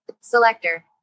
Selector